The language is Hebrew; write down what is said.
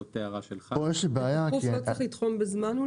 בה יציג הממונה את הנסיבות שהובילו למתן